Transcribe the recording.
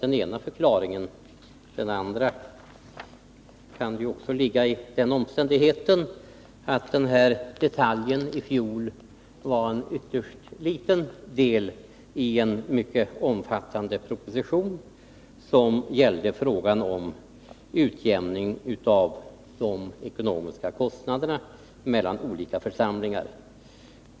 En annan förklaring kan ligga i den omständigheten att denna detalj i fjol var en ytterst liten del i en mycket omfattande proposition, som gällde frågan om utjämning av de ekonomiska kostnaderna mellan olika församlingar.